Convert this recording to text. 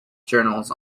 journals